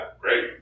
Great